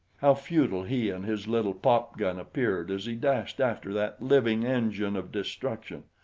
how futile he and his little pop-gun appeared as he dashed after that living engine of destruction!